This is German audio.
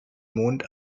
mond